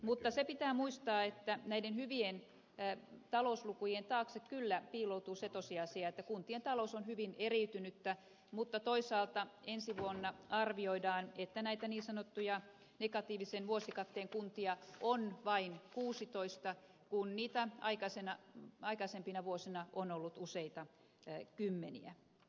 mutta se pitää muistaa että näiden hyvien talouslukujen taakse kyllä piiloutuu se tosiasia että kuntien talous on hyvin eriytynyttä mutta toisaalta ensi vuonna arvioidaan että näitä niin sanottuja negatiivisen vuosikatteen kuntia on vain kuusitoista kun niitä aikaisempina vuosina on ollut useita kymmeniä